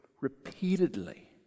repeatedly